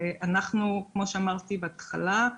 ואנחנו, כמו שאמרתי בהתחלה,